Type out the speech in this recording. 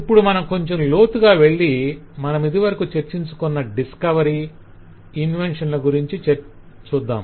ఇప్పుడు మనం కొంచం లోతుగా వెళ్లి మనమిదివరకు చర్చించుకున్న డిస్కవరీ ఇన్వెన్షన్ ల గురించి చూద్దాం